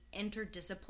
interdisciplinary